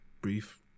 brief